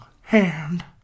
hand